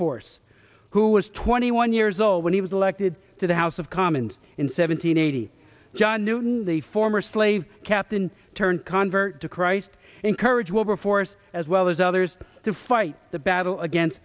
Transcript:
wilberforce who was twenty one in years old when he was elected to the house of commons in seventeen eighty john newton the former slave captain turned convert to christ encourage wilberforce as well as others to fight the battle against